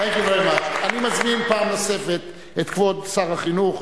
אני מזמין פעם נוספת את כבוד שר החינוך.